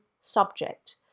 subject